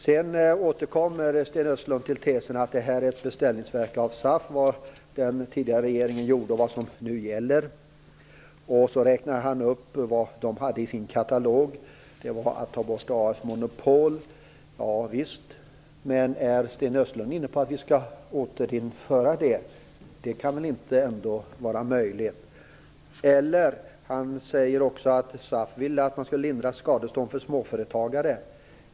Sedan återkommer Sten Östlund till tesen att det den tidigare regeringen gjorde och det som nu gäller är ett beställningsverk av SAF. Därefter räknar han upp vad man hade i sin katalog. Det var att ta bort monopol. Ja visst. Men är Sten Östlund inne på att vi skall återinföra det? Det kan väl inte var möjligt. Han säger också att SAF vill att man skall lindra skadestånd för småföretagare.